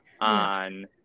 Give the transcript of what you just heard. on